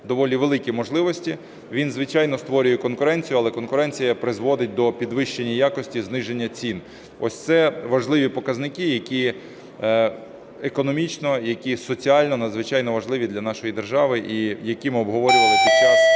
доволі великі можливості, він, звичайно, створює конкуренцію, але конкуренція призводить до підвищення якості, зниження цін. Ось це важливі показники, які економічно, які соціально надзвичайно важливі для нашої держави і які ми обговорювали під час